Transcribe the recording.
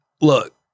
look